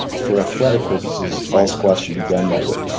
for athletic purposes, all squats should be done that way.